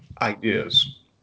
ideas